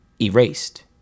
Erased